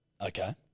Okay